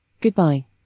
Goodbye